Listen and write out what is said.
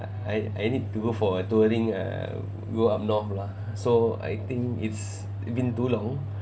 I I need to go for a touring uh go up north lah so I think it's been too long